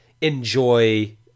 enjoy